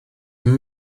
ddim